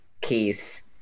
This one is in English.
keys